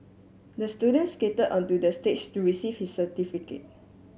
the student skated onto the stage to receive his certificate